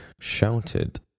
shouted